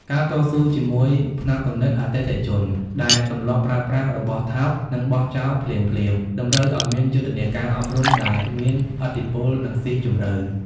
ការតស៊ូជាមួយផ្នត់គំនិតអតិថិជនដែលទម្លាប់ប្រើប្រាស់របស់ថោក និងបោះចោលភ្លាមៗ តម្រូវឱ្យមានយុទ្ធនាការអប់រំដែលមានឥទ្ធិពល និងស៊ីជម្រៅ។